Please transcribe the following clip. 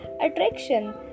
attraction